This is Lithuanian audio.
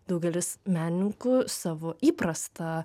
daugelis menininkų savo įprastą